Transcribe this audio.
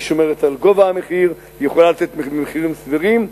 היא שומרת על גובה המחיר ויכולה לתת מחירים סבירים,